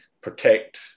protect